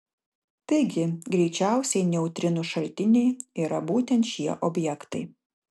taigi greičiausiai neutrinų šaltiniai yra būtent šie objektai